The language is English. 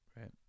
right